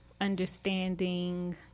understanding